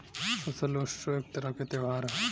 फसल उत्सव एक तरह के त्योहार ह